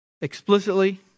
explicitly